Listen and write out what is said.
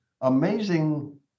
amazing